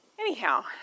Anyhow